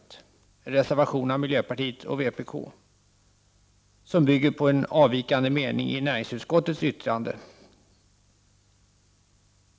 Det är en reservation från miljöpartiet och vpk som bygger på en avvikande mening i näringsutskottets yttrande.